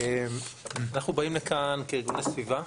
אנחנו באים לכאן כארגוני סביבה,